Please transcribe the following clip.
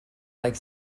like